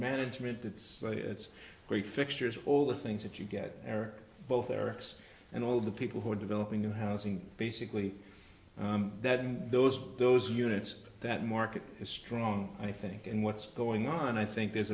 management it's it's great fixtures all the things that you get there both eric's and all the people who are developing new housing basically that those those units that market is strong i think in what's going on i think there's